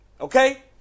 okay